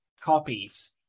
copies